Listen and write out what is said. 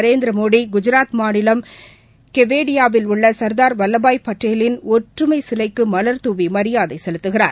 நரேந்திரமோடி குஜராத் மாநிலம் கெவேடியாவில் உள்ளசர்தார் வல்லபாய் பட்டேலின் ஒற்றுமைசிலைக்குமலர் தூவிமரியாதைசெலுத்துகிறார்